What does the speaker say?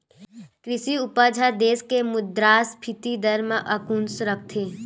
कृषि उपज ह देस के मुद्रास्फीति दर म अंकुस रखथे